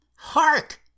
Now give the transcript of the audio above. Hark